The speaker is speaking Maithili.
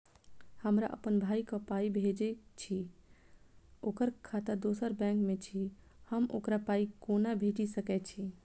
हमरा अप्पन भाई कऽ पाई भेजि कऽ अछि, ओकर खाता दोसर बैंक मे अछि, हम ओकरा पाई कोना भेजि सकय छी?